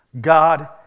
God